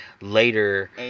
later